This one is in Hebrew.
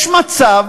יש מצב